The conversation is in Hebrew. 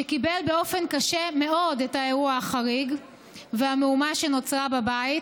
שקיבל באופן קשה מאוד את האירוע החריג והמהומה שנוצרה בבית,